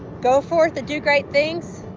go forth to do great things.